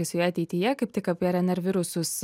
su ja ateityje kaip tik apie rnr virusus